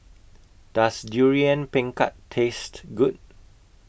Does Durian Pengat Taste Good